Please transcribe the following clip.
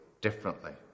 differently